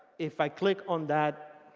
if i click on that